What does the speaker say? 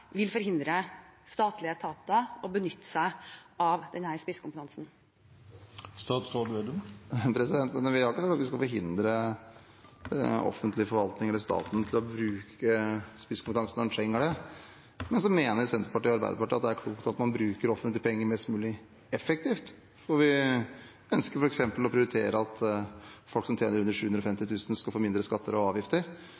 vil forhindre statlige etater i å benytte seg av denne spisskompetansen? Vi har ikke sagt at vi skal forhindre offentlig forvaltning eller staten i å bruke spisskompetanse når man trenger det. Men Senterpartiet og Arbeiderpartiet mener at det er klokt å bruke offentlige penger mest mulig effektivt. Vi ønsker f.eks. å prioritere at folk som tjener under 750